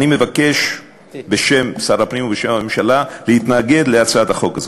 אני מבקש בשם שר הפנים ובשם הממשלה להתנגד להצעת החוק הזאת.